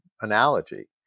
analogy